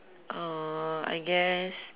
uh I guess